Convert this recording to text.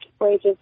wages